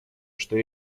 что